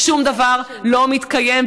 שום דבר לא מתקיים.